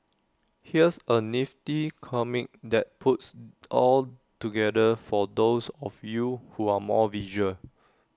here's A nifty comic that puts all together for those of you who are more visual